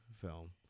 film